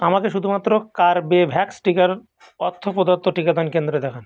আমাকে শুধুমাত্র কর্বেভ্যাক্স টিকার অর্থ প্রদত্ত টিকাদান কেন্দ্র দেখান